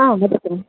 हा वदतु